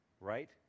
right